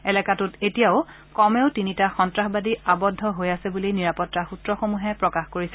এলেকাটোত এতিয়াও কমেও তিনিটা সন্নাসবাদী আৱদ্ধ হৈ আছে বুলি নিৰাপত্তা সূত্ৰসমূহে প্ৰকাশ কৰিছে